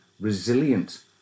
resilient